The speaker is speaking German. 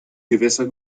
gewässer